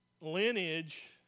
lineage